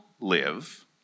live